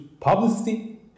publicity